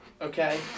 Okay